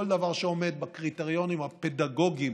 כל דבר שעומד בקריטריונים הפדגוגיים